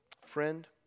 Friend